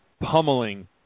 pummeling